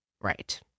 right